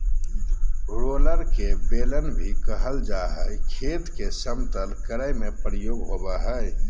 roller के बेलन भी कहल जा हई, खेत के समतल करे में प्रयोग होवअ हई